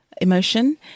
emotion